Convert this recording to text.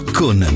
con